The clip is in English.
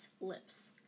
lips